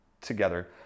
together